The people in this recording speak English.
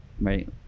right